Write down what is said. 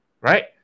right